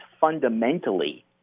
fundamentally